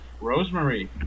Rosemary